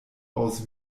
aus